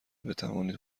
بتوانید